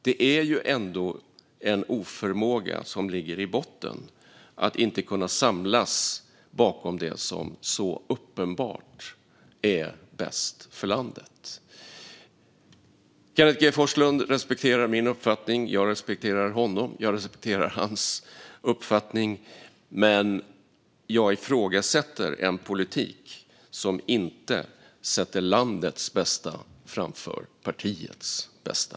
Det är ändå en oförmåga som ligger i botten när man inte kan samlas bakom det som så uppenbart är bäst för landet. Kenneth G Forslund respekterar min uppfattning. Jag respekterar honom, och jag respekterar hans uppfattning. Men jag ifrågasätter en politik som inte sätter landets bästa framför partiets bästa.